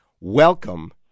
welcome